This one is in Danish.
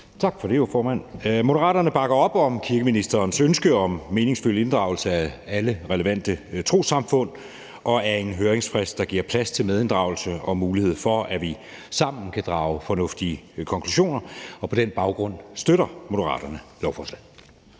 Tak for det, formand. Moderaterne bakker op om kirkeministerens ønske om meningsfuld inddragelse af alle relevante trossamfund og om en høringsfrist, der giver plads til medinddragelse og mulighed for, at vi sammen kan drage fornuftige konklusioner. På den baggrund støtter Moderaterne lovforslaget.